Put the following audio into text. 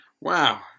wow